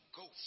go